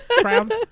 Crowns